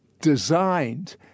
designed